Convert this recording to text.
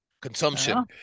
consumption